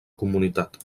comunitat